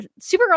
Supergirl